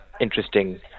interesting